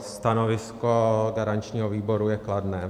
Stanovisko garančního výboru je kladné.